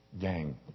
Gang